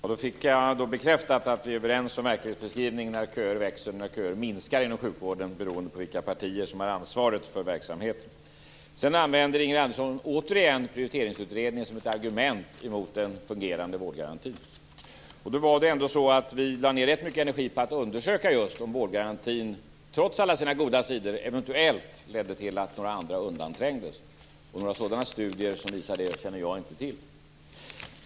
Herr talman! Då fick jag bekräftat att vi är överens om verklighetsbeskrivningen, att köer växer och minskar inom sjukvården beroende på vilka partier som har ansvar för verksamheten. Ingrid Andersson använder sedan återigen prioriteringsutredningen som ett argument mot en fungerande vårdgaranti. Vi lade ändå ned rätt mycket energi på att undersöka just om vårdgarantin, trots alla sina goda sidor, eventuellt ledde till att några andra undanträngdes. Några studier som visar att så var fallet känner jag inte till.